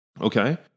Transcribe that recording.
Okay